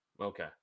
Okay